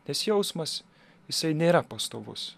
nes jausmas jisai nėra pastovus